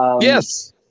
Yes